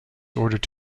ordered